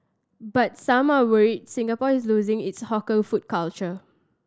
but some are worried Singapore is losing its hawker food culture